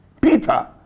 Peter